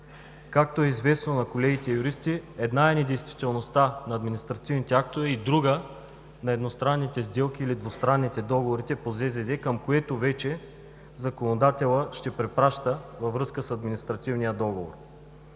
както е известно на колегите юристи – една е недействителността на административните актове и друга на едностранните сделки или двустранните договори по ЗЗД, към което вече законодателят ще препраща във връзка с административния договор.